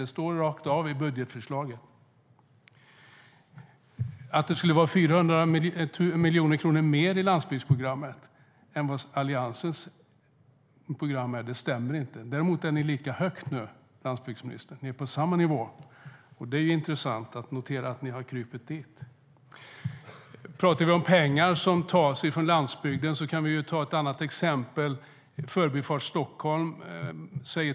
Det står rakt av i budgetförslaget. Om vi talar om pengar som tas från landsbygden kan vi ta ett annat exempel, nämligen Förbifart Stockholm.